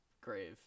grave